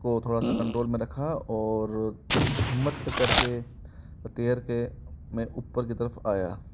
को थोड़ा सा कंट्रोल में रखा और हिम्मत कर के तैर के मैं ऊपर की तरफ़ आया